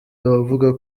abavuga